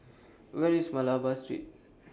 Where IS Malabar Street